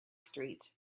street